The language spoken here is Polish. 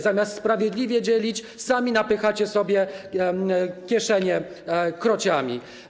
Zamiast sprawiedliwie dzielić, sami napychacie sobie kieszenie krociami.